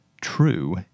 true